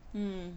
mm